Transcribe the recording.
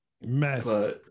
Mess